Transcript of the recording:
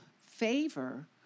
favor